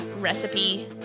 recipe